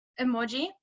emoji